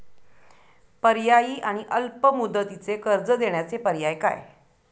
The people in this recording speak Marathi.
पर्यायी आणि अल्प मुदतीचे कर्ज देण्याचे पर्याय काय?